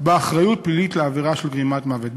באחריות פלילית לעבירה של גרימת מוות.